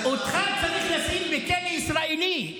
אותך צריך לשים בכלא ישראלי,